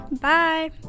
Bye